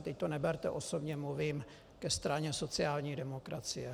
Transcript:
Teď to neberte osobně, mluvím ke straně sociální demokracie.